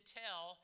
tell